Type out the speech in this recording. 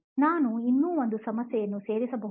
ನಾನು ಇನ್ನೂ ಒಂದು ಸಮಸ್ಯೆಯನ್ನು ಸೇರಿಸಬಹುದೇ